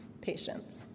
patients